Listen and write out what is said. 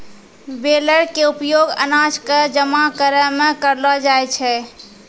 baler के उपयोग अनाज कॅ जमा करै मॅ करलो जाय छै